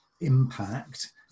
impact